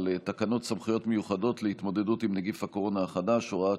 על תקנות סמכויות מיוחדות להתמודדות עם נגיף הקורונה החדש (הוראת